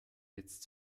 jetzt